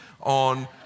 on